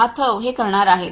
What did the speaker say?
महाथव हे करणार आहेत